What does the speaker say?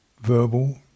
verbal